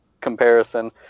comparison